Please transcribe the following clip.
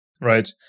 Right